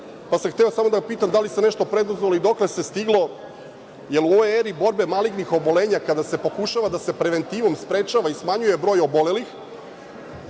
pa sam hteo samo da ga pitam da li se nešto preduzelo i dokle se stiglo, jer u ovoj eri borbe malignih oboljenja, kada se pokušava da se preventivom sprečava i smanjuje broj obolelih,